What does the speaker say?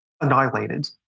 annihilated